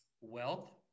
Wealth